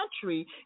country